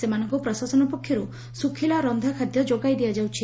ସେମାନଙ୍କୁ ପ୍ରଶାସନ ପକ୍ଷରୁ ଶୁଖିଲା ଓ ରକ୍ଷା ଖାଦ୍ୟ ଯୋଗାଇ ଦିଆଯାଉଛି